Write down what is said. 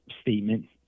statement